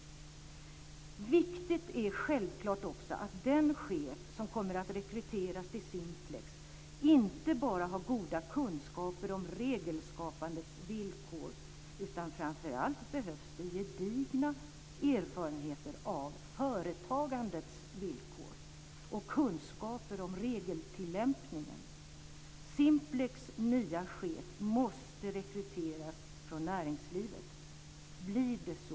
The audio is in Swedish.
Viktigt är självklart också att den chef som kommer att rekryteras till Simplex inte bara har goda kunskaper om regelskapandets villkor. Framför allt behövs det gedigna erfarenheter av företagandets villkor och kunskaper om regeltillämpningen. Simplex nya chef måste rekryteras från näringslivet. Blir det så?